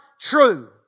true